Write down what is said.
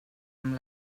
amb